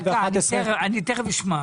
אני תכף אשמע.